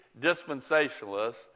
dispensationalists